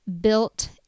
built